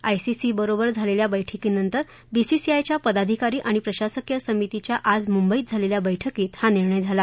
आयसीसीबरोबर झालेल्या बैठकीनंतर बीसीसीआयच्या पदाधिकारी आणि प्रशासकीय समितीच्या आज मुंबईत झालेल्या बैठकीत निर्णय झाला